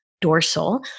dorsal